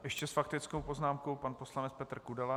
Ještě s faktickou poznámkou pan poslanec Petr Kudela.